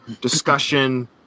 discussion